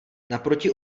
naproti